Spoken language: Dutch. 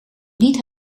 niet